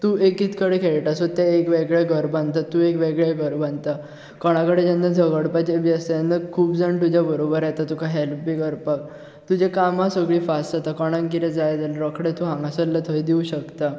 तूं एकीत कडेन खेळटा सो ते एक वेगळें घर बांदता तूं एक वेगळें घर बांदता कोणा कडेन जेन्ना झगडपाचें बी आसता तेन्ना खूब जाण तुज्या बरोबर येता तुका हॅल्प बी करपाक तुजें कामां सगळीं फास्ट जातात कोणाक कितें जाय जाल रोखडें तूं हांगासल्लें थंय दिवंक शकता